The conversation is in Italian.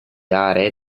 aree